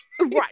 Right